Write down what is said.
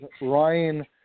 Ryan